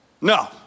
No